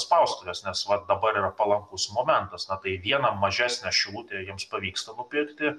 spaustuves nes dabar yra palankus momentas na tai vieną mažesnę šilutėje jiems pavyksta nupirkti